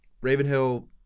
Ravenhill